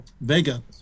Vega